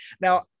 now